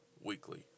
Weekly